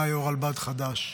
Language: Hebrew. ומונה יו"ר רלב"ד חדש.